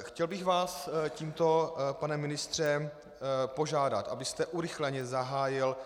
Chtěl bych vás tímto, pane ministře, požádat, abyste urychleně zahájil